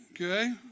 Okay